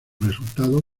resultado